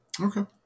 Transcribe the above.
Okay